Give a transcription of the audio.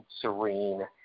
serene